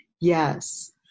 yes